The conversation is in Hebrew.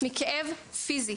מכאב פיזי.